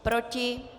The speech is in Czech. Proti?